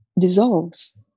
dissolves